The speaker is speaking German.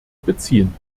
beziehen